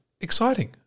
exciting